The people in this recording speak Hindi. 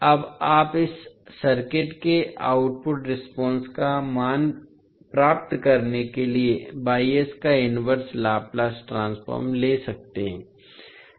अब आप इस सर्किट के आउटपुट रेस्पॉन्स का मान प्राप्त करने के लिए का इनवर्स लाप्लास ट्रांसफॉर्म ले सकते हैं